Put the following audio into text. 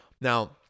Now